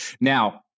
now